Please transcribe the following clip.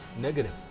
negative